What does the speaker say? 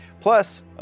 Plus